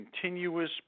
continuous